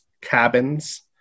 cabins